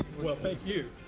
well, thank you.